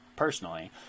Personally